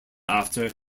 after